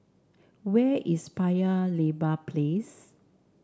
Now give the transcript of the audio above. where is Paya Lebar Place